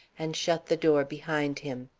and shut the door behind him.